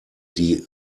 die